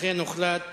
לכן הוחלט